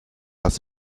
las